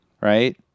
right